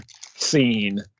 scene